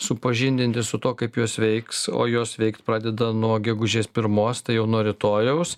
supažindinti su tuo kaip jos veiks o jos veikt pradeda nuo gegužės pirmos tai jau nuo rytojaus